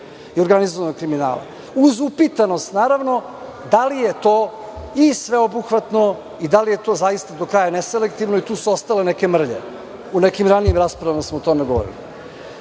i organizovanog kriminala, uz upitanost, naravno, da li je to i sveobuhvatno i da li je to do kraja neselektivno i tu su ostale neke mrlje, a u nekim ranijim raspravama smo o tome govorili. Dakle,